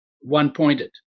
one-pointed